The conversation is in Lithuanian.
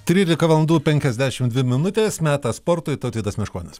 trylika valandų penkiasdešimt minutės metas sportui tautvydas meškonis